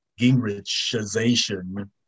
Gingrichization